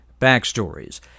backstories